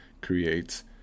creates